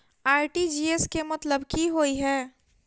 RTGS केँ मतलब की होइ हय?